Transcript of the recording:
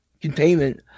containment